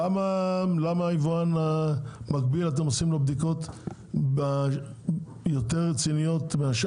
למה אתם עושים ליבואן המקביל בדיקות רציניות יותר?